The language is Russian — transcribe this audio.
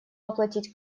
оплатить